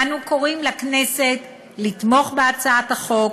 אנו קוראים לכנסת לתמוך בהצעת החוק